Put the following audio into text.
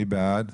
מי נגד?